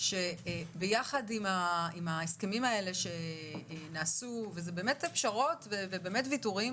שביחד עם ההסכמים האלה שנעשו ואלה באמת פרשות וויתורים,